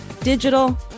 Digital